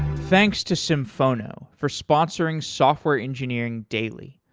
thanks to symphono for sponsoring software engineering daily.